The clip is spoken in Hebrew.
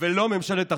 ולא ממשלת אחדות,